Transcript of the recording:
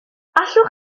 allwch